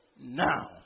now